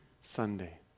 Sunday